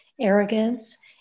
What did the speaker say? arrogance